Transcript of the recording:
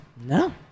No